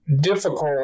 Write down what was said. Difficult